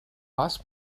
ask